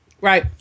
Right